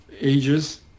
ages